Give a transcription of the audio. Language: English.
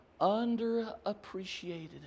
Underappreciated